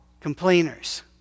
complainers